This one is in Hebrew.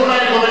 שר